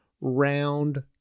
round